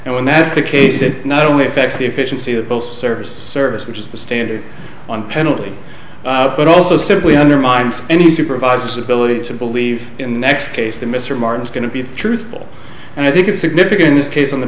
and when that's the case it not only affects the efficiency of both service service which is the standard on penalty but also simply undermines any supervisors ability to believe in the next case that mr martin is going to be truthful and i think it's significant in this case on the